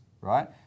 Right